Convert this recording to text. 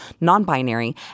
non-binary